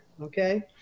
Okay